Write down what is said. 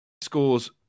scores